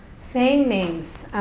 saying names,